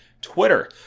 Twitter